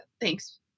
Thanks